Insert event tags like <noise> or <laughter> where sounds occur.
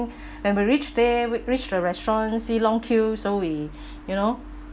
when we reach there we reach the restaurant see long queue so we <breath> you know